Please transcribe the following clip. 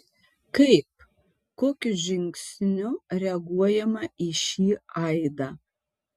kaip kokiu žingsniu reaguojama į šį aidą